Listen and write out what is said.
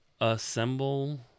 assemble